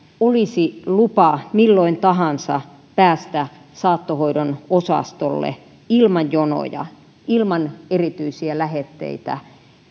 olisi lupa milloin tahansa päästä saattohoidon osastolle ilman jonoja ilman erityisiä lähetteitä